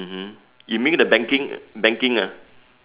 mmhmm you mean the banking banking ah